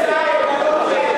תודה.